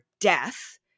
death